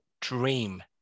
dream